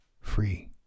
free